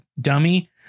dummy